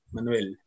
Manuel